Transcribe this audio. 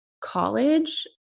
college